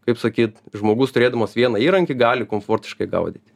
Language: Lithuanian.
kaip sakyt žmogus turėdamas vieną įrankį gali komfortiškai gaudyti